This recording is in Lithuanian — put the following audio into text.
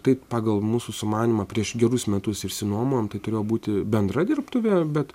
taip pagal mūsų sumanymą prieš gerus metus išsinuomojom tai turėjo būti bendra dirbtuvė bet